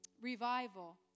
revival